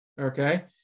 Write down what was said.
Okay